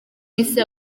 isi